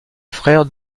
frère